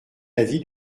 l’avis